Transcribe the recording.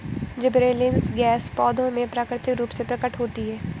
gibberellins gas पौधों में प्राकृतिक रूप से प्रकट होती है